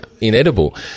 inedible